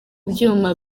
byuma